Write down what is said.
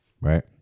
right